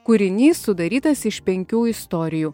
kūrinys sudarytas iš penkių istorijų